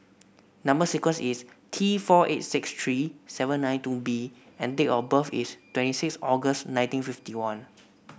number sequence is T four eight six three seven nine two B and date of birth is twenty six August nineteen fifty one